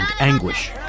anguish